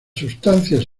sustancias